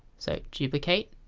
so duplicate